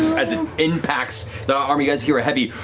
as it impacts the armor, you guys hear a heavy